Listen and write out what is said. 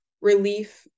relief